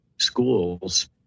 schools